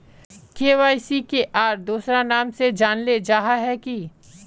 KYC के आर दोसरा नाम से जानले जाहा है की?